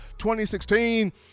2016